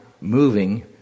moving